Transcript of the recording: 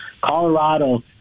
Colorado